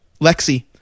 Lexi